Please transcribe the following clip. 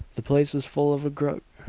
the place was full of a